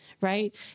right